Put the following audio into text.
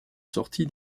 sortie